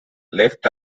left